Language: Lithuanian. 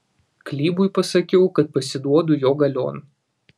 klybui pasakiau kad pasiduodu jo galion